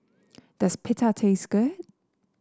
does Pita taste good